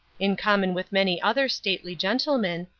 in common with many other stately gentlemen,